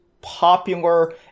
popular